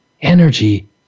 energy